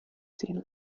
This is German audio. ziehen